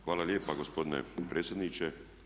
Hvala lijepa gospodine predsjedniče.